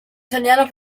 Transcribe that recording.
italiana